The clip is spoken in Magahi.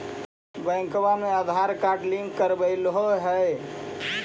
बैंकवा मे आधार कार्ड लिंक करवैलहो है?